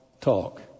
talk